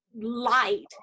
light